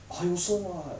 I also [what]